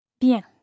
Bien